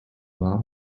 war